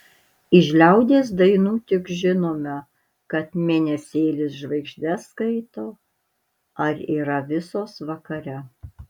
iš liaudies dainų tik žinome kad mėnesėlis žvaigždes skaito ar yra visos vakare